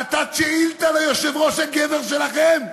נתת שאילתה ליושב-ראש הגבר שלכם?